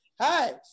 Hi